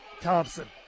Thompson